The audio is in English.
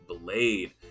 blade